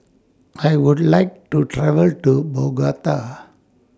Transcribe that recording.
I Would like to travel to Bogota